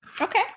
Okay